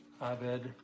Abed